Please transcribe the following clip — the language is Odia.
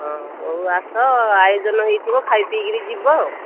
ହଁ ହଉ ଆସ ଆୟୋଜନ ହେଇଥିବ ଖାଇ ପିଇକିରି ଯିବ ଆଉ